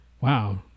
Wow